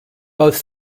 both